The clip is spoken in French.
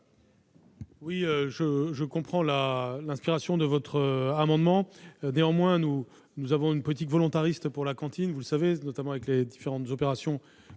? Je comprends l'inspiration des auteurs de cet amendement. Néanmoins, nous menons une politique volontariste pour la cantine, vous le savez, notamment avec les différentes opérations